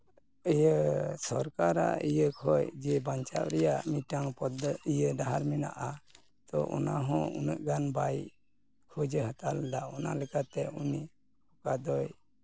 ᱤᱭᱟᱹ ᱥᱚᱨᱠᱟᱨᱟᱜ ᱤᱭᱟᱹ ᱠᱷᱚᱡ ᱡᱮ ᱵᱟᱧᱪᱟᱜ ᱨᱮᱭᱟᱜ ᱢᱤᱫᱴᱟᱱ ᱯᱚᱫ ᱫᱚ ᱰᱟᱦᱟᱨ ᱢᱮᱱᱟᱜᱼᱟ ᱛᱚ ᱚᱱᱟ ᱦᱚᱸ ᱩᱱᱟᱹᱜ ᱜᱟᱱ ᱵᱟᱭ ᱠᱷᱚᱡᱮ ᱦᱟᱛᱟᱣ ᱞᱮᱫᱟ ᱚᱱᱟ ᱞᱮᱠᱟᱛᱮ ᱩᱱᱤ ᱟᱫᱚᱭ